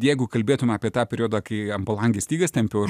jeigu kalbėtume apie tą periodą kai ant palangės stygas tempiau aš